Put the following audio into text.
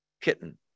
kitten